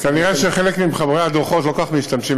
אז כנראה חלק ממחברי הדוחות לא כל כך משתמשים